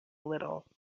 little